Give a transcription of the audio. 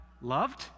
loved